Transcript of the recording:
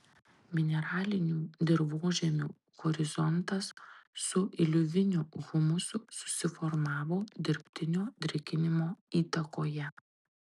mineralinių dirvožemių horizontas su iliuviniu humusu susiformavo dirbtinio drėkinimo įtakoje